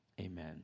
Amen